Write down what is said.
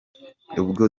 ubwo